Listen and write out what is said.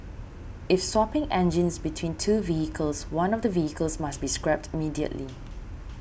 if swapping engines between two vehicles one of the vehicles must be scrapped immediately